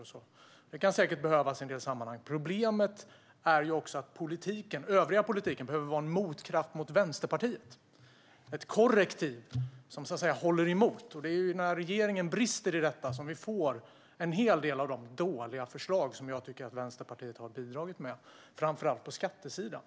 Det kan säkert behövas i en del sammanhang, men problemet är att den övriga politiken behöver vara en motkraft mot Vänsterpartiet - ett korrektiv som så att säga håller emot. Det är när regeringen brister i detta som vi får en hel del av de dåliga förslag jag tycker att Vänsterpartiet har bidragit med, framför allt på skattesidan.